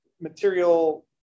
material